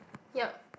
yup